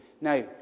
Now